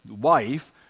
wife